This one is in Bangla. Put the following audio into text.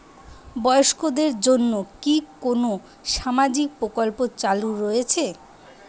বয়স্কদের জন্য কি কোন সামাজিক প্রকল্প চালু রয়েছে?